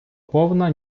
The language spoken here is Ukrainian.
повна